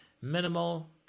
minimal